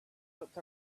look